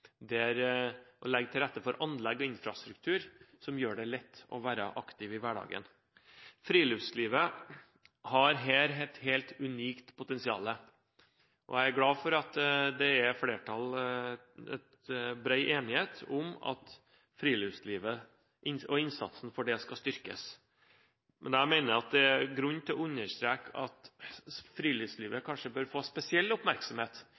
å legge til rette for anlegg og infrastruktur som gjør det lett å være aktiv i hverdagen. Friluftslivet har her et helt unikt potensial, og jeg er glad for at det er bred enighet om at friluftslivet og innsatsen for det skal styrkes. Men jeg mener det er grunn til å understreke at friluftslivet bør få spesiell oppmerksomhet